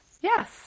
Yes